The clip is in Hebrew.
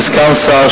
כסגן שר,